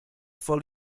for